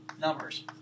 numbers